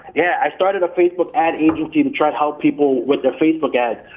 yeah, i started a facebook ad agency, to try to help people with their facebook ads.